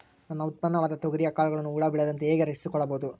ನನ್ನ ಉತ್ಪನ್ನವಾದ ತೊಗರಿಯ ಕಾಳುಗಳನ್ನು ಹುಳ ಬೇಳದಂತೆ ಹೇಗೆ ರಕ್ಷಿಸಿಕೊಳ್ಳಬಹುದು?